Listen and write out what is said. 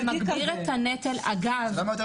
גלעד,